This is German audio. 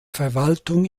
verwaltung